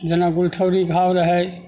जेना गुरठौरी घाव रहय